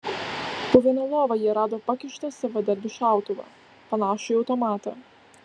po viena lova jie rado pakištą savadarbį šautuvą panašų į automatą